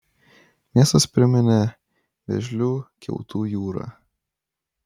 miestas priminė vėžlių kiautų jūrą